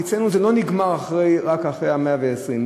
כי אצלנו זה לא נגמר רק אחרי מאה-ועשרים,